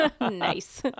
Nice